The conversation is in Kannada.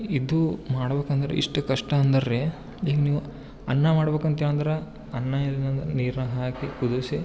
ಇದು ಮಾಡ್ಬೇಕಂದ್ರೆ ಇಷ್ಟು ಕಷ್ಟ ಅಂದರೆ ರೀ ಹೀಗೆ ನೀವು ಅನ್ನ ಮಾಡ್ಬೇಕು ಅಂತಂದ್ರೆ ಅನ್ನ ಇರ್ನಂದ್ರೆ ನೀರನ್ನ ಹಾಕಿ ಕುದಿಸಿ